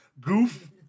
Goof